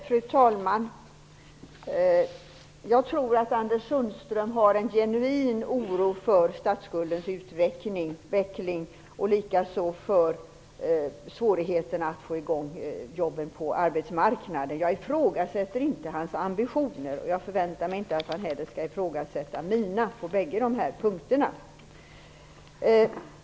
Fru talman! Jag tror att Anders Sundström har en genuin oro för statsskuldens utveckling och likaså för svårigheterna att skapa arbetstillfällen på arbetsmarknaden. Jag ifrågasätter inte hans ambitioner, och jag förväntar mig inte heller att han skall ifrågasätta mina på någon av de här punkterna.